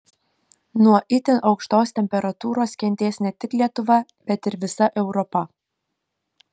nuo itin aukštos temperatūros kentės ne tik lietuva bet ir visa europa